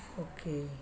Okay